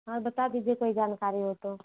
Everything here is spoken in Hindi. और बता दीजिए कोई जानकारी हो तो